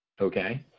okay